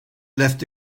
left